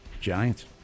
Giants